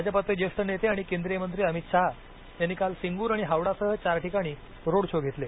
भाजपाचे ज्येष्ठ नेते आणि केंद्रीय मंत्री अमित शहा यांनी काल सिंगूर आणि हावडा सह चार ठिकाणी रोड शो घेतले